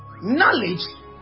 knowledge